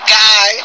guy